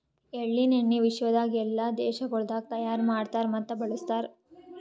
ಎಳ್ಳಿನ ಎಣ್ಣಿ ವಿಶ್ವದಾಗ್ ಎಲ್ಲಾ ದೇಶಗೊಳ್ದಾಗ್ ತೈಯಾರ್ ಮಾಡ್ತಾರ್ ಮತ್ತ ಬಳ್ಸತಾರ್